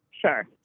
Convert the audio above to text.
Sure